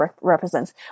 represents